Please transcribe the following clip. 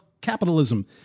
capitalism